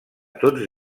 tots